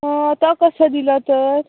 हय तो कसो दिलो तर